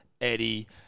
Eddie